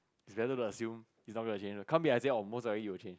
is better to assume it's not gonna change can't be I say oh most likely it will change